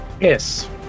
Yes